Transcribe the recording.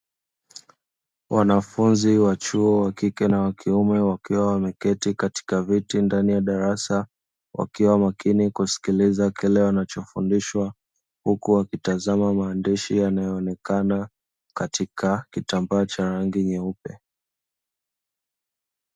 Wanafunzi wa chuo wakike na wakiume wakiwa wameketi katika viti ndani ya darasa wakiwa makini kusikiliza kile wanachofundishwa, huku wakitazama maandishi yanayoonekana katika kitambaa cha rangi nyeupe.